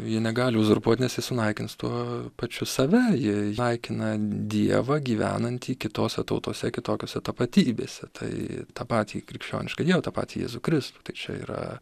ji negali uzurpuoti nes jis sunaikins tuo pačiu save ji naikina dievą gyvenantį kitose tautose kitokiose tapatybėse tai tą patį krikščionišką jau tą patį jėzų kristų tai čia yra